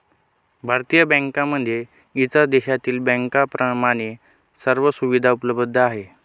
भारतीय बँकांमध्ये इतर देशातील बँकांप्रमाणे सर्व सुविधा उपलब्ध आहेत